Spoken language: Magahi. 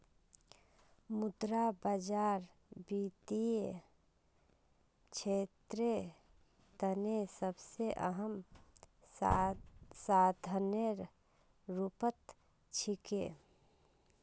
मुद्रा बाजार वित्तीय क्षेत्रेर तने सबसे अहम साधनेर रूपत छिके